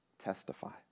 testify